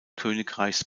königreichs